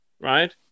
right